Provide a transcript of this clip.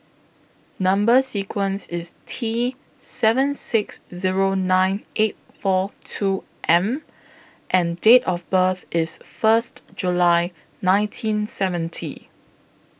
Number sequence IS T seven six Zero nine eight four two M and Date of birth IS First July nineteen seventy